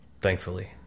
thankfully